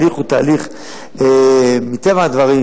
מטבע הדברים,